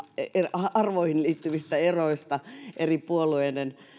arvoihin liittyvistä eroista eri puolueiden